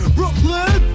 Brooklyn